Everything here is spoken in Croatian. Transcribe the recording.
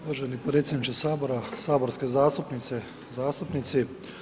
Uvaženi predsjedniče Sabora, saborske zastupnice, zastupnici.